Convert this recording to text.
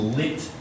lit